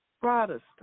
Protestant